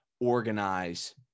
organize